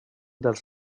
dels